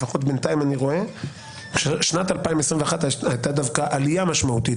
לפחות בינתיים אני רואה שבשנת 2021 הייתה דווקא עלייה משמעותית,